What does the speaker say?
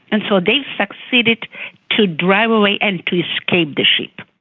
and so they succeeded to drive away and to escape the ship.